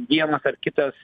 vienąkart kitas